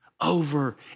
Over